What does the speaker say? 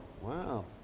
Wow